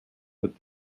that